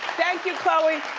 thank you chloe.